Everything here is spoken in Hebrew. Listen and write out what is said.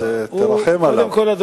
אז תרחם עליו.